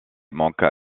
manqua